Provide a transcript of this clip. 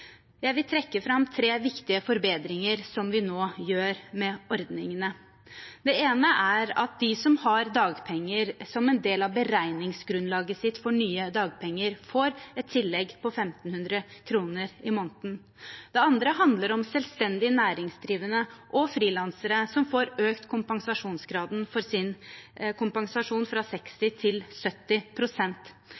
Jeg vil trekke fram tre viktige forbedringer vi nå gjør med ordningene. Det ene er at de som har dagpenger som en del av beregningsgrunnlaget sitt for nye dagpenger, får et tillegg på 1 500 kr i måneden. Det andre handler om selvstendig næringsdrivende og frilansere, som får økt kompensasjonsgraden